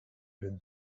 been